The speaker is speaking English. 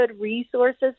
resources